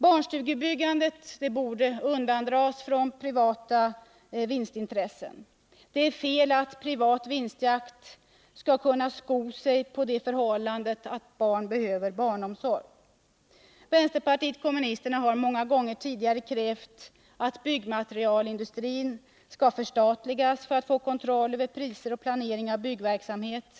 Barnstugebyggandet måste undandras från det privata vinstintresset. Det är fel att man vid privat vinstjakt skall få sko sig på att barn behöver omsorg. Vpk har många gånger tidigare krävt att byggmaterialindustrin skall förstatligas för att man skall få kontroll över priserna och planeringen av byggverksamheten.